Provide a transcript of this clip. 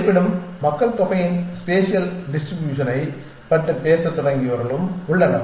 இருப்பினும் மக்கள்தொகையின் ஸ்பேசியல் டிஸ்ட்ரிபியூஷனை பற்றி பேசத் தொடங்கியவர்களும் உள்ளனர்